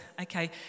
okay